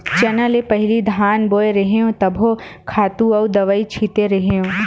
चना ले पहिली धान बोय रेहेव तभो खातू अउ दवई छिते रेहेव